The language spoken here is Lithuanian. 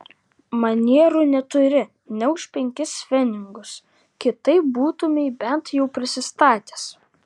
manierų neturi nė už penkis pfenigus kitaip būtumei bent jau prisistatęs